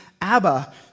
Abba